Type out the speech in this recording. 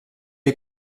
est